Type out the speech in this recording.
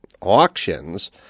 auctions